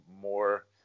more